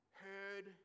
heard